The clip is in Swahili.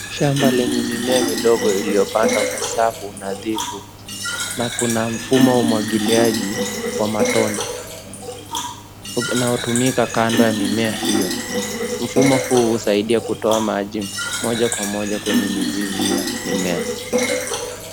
Shamba lenye mimea midogo iliyopandwa kwa safu nadhifu na kuna mfumo wa umwagiliaji kwa matone inaotumika kando ya mimea hiyo. Mfumo huu husaidia kutoa maji moja kwa moja kwenye mizizi ya mimea.